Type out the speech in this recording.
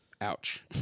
Ouch